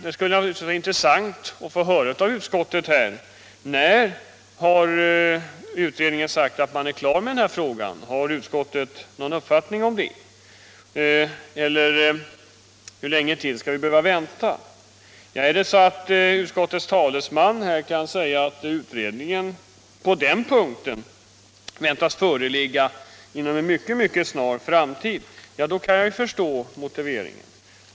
Det skulle naturligtvis vara intressant att få höra om utskottet har någon uppfattning om när utredningen kommer att vara klar med frågan. Hur länge till skall vi behöva vänta? Kan utskottets talesman säga att utredningen på den punkten väntas föreligga inom en mycket snar framtid, kan jag förstå motiveringen.